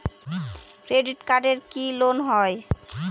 Credit কার্ডে কি loan হয়?